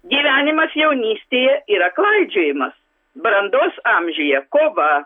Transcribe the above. gyvenimas jaunystėje yra klaidžiojimas brandos amžiuje kova